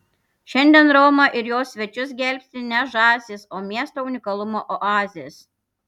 šiandien romą ir jos svečius gelbsti ne žąsys o miesto unikalumo oazės